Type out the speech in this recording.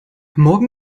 morgen